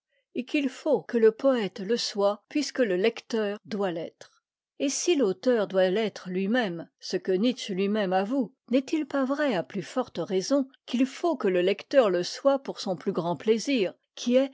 et qu'il faut que le poète le soit puisque le lecteur doit l'être et si l'auteur doit l'être lui-même ce que nietzsche lui-même avoue n'est-il pas vrai à plus forte raison qu'il faut que le lecteur le soit pour son plus grand plaisir qui est